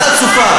את חצופה,